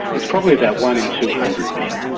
it's probably about one in two hundred men.